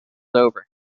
over